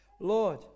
lord